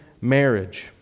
marriage